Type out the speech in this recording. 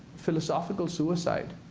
philosophical suicide,